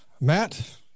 Matt